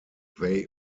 they